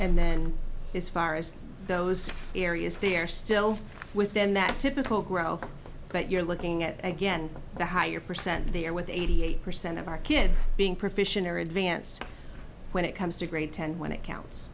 and then his far as those areas they're still within that typical growth that you're looking at again the higher percent they are with eighty eight percent of our kids being proficiency or advanced when it comes to grade ten when it counts